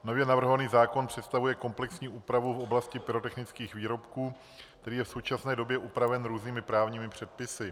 Nově navrhovaný zákon představuje komplexní úpravu v oblasti pyrotechnických výrobků, který je v současné době upraven různými právními předpisy.